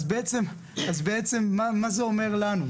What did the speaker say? אז בעצם מה זה אומר לנו.